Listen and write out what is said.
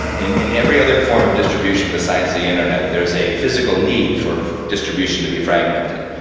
in in every other form of distribution besides the internet there's a physical need for distribution to be fragmented,